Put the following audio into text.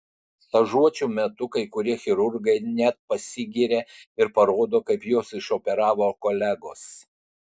stažuočių metu kai kurie chirurgai net pasigiria ir parodo kaip juos išoperavo kolegos